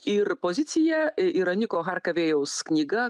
ir pozicija e yra niko harkavėjaus knyga